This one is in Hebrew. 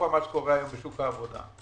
קטסטרופה מה שקורה היום בשוק העבודה.